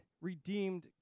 redeemed